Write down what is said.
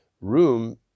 room